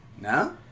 No